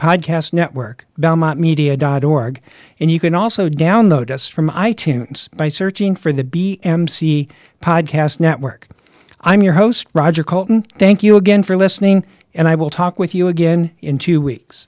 podcast network belmont media dot org and you can also download us from i tunes by searching for the b m c podcast network i'm your host roger coulton thank you again for listening and i will talk with you again in two weeks